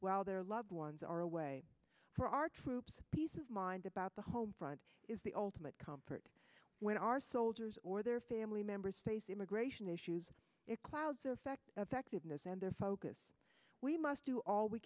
while their loved ones are away for our troops peace of mind about the home front is the ultimate comfort when our soldiers or their family members face immigration issues it clouds affect of activeness and their focus we must do all we